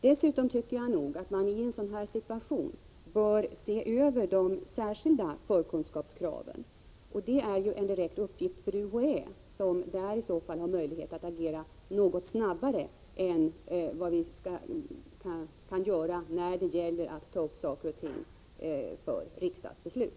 Dessutom tycker jag att man i en sådan här situation bör se över de särskilda förkunskapskraven, och det är en direkt uppgift för UHÄ, som i så fall har möjlighet att agera något snabbare än vad vi kan göra när det gäller att ta upp saker och ting för riksdagsbeslut.